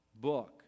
book